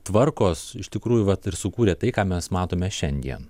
tvarkos iš tikrųjų vat ir sukūrė tai ką mes matome šiandien